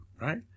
right